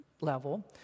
level